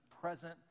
present